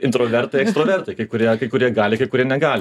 intravertai ekstravertai kai kurie kai kurie gali kai kurie negali